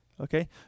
Okay